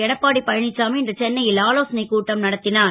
Edappadi Palaniswami இன்று சென்னை ல் ஆலோசனைக் கூட்டம் நடத் னார்